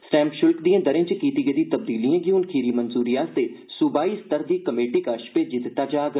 stamp शुल्क दिए दरें च कीती गेदी तब्दीलिएं गी हून खीरी मंजूरी लेई सूबाई स्तर दी कमेटी कश मेजी दित्ता जाग